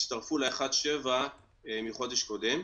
שהצטרפו ל-1.7 מחודש קודם.